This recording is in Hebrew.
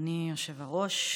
אדוני היושב-ראש.